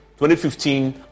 2015